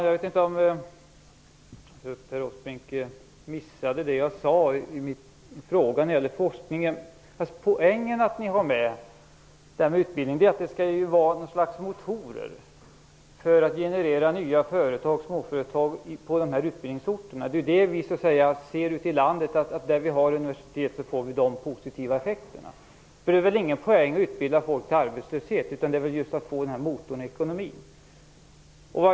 Fru talman! Erik Åsbrink missade kanske det jag sade när jag frågade om forskningen. Poängen med att ha med detta med utbildningen är att det skall vara fråga om ett slags motor för att generera nya företag, småföretag, på utbildningsorterna. Man ser ju ute i landet att där det finns universitet blir det nämnda positiva effekter. Det är väl ingen poäng med att utbilda folk till arbetslöshet, utan det gäller väl just att få en motor i ekonomin.